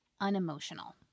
unemotional